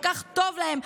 כל כך טוב להם,